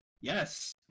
yes